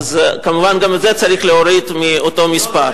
אבל כמובן, גם את זה צריך להוריד מאותו מספר.